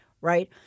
Right